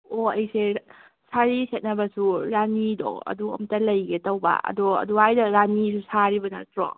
ꯑꯣ ꯑꯩꯁꯦ ꯁꯥꯔꯤ ꯁꯦꯠꯅꯕꯁꯨ ꯔꯥꯅꯤꯗꯣ ꯑꯗꯨ ꯑꯝꯇ ꯂꯩꯒꯦ ꯇꯧꯕ ꯑꯗꯣ ꯑꯗꯨꯋꯥꯏꯗ ꯔꯥꯅꯤ ꯁꯥꯔꯤꯕ ꯅꯠꯇ꯭ꯔꯣ